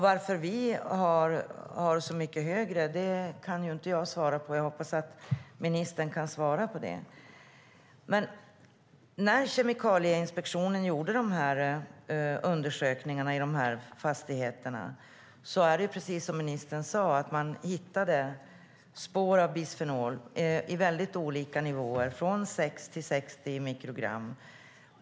Varför vi har ett så mycket högre värde kan inte jag svara på. Jag hoppas att ministern kan lämna besked om det. När Kemikalieinspektionen gjorde sina undersökningar i olika fastigheter var det precis som ministern sade, att man hittade spår av bisfenol i olika mängder, från 6 till 60 mikrogram.